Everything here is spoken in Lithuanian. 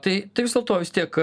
tai tai vis dėlto vis tiek